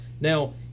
Now